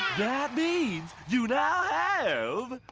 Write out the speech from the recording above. that means, you have